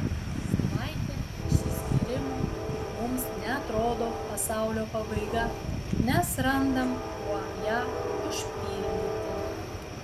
savaitė išsiskyrimo mums neatrodo pasaulio pabaiga nes randam kuo ją užpildyti